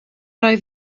oedd